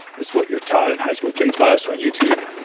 it's what you're taught in high school gym class, on youtube,